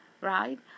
right